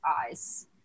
eyes